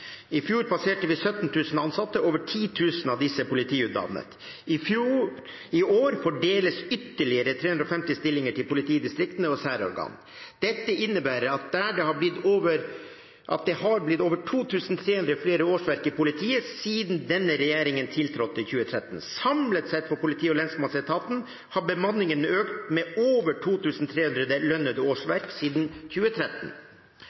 I fjor passerte vi 17 000 ansatte, over 10 000 av disse er politiutdannet. I år fordeles ytterligere 350 stillinger til politidistriktene og særorgan. Dette innebærer at det har blitt over 2 300 flere årsverk i politiet siden denne regjeringen tiltrådte i 2013. Samlet sett for politi- og lensmannsetaten har bemanningen økt med over 2 300 lønnede årsverk siden 2013. Vi vil nå målet om to